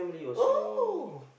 oh